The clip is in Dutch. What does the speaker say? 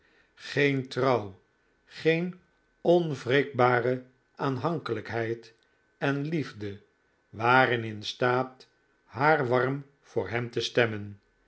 geen trouw geen onwrikbare aanhankelijkheid en liefde waren in staat haar warm voor hem te stemmen